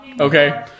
Okay